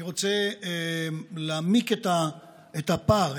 אני רוצה להעמיק את הפער,